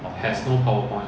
orh